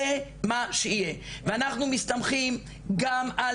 זה מה שיהיה ואנחנו מסתמכים גם על